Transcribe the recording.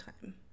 time